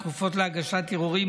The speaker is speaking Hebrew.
תקופות להגשת ערעורים,